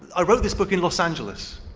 i wrote this book in los angeles.